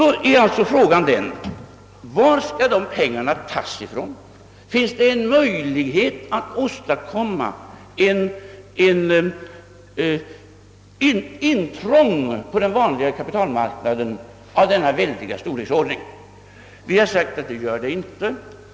Då är frågan: Varifrån skall pengarna tagas? Är det möjligt att på den vanliga kapitalmarknaden göra en inbrytning av denna väldiga storleksordning? Vi har sagt, att det är det inte.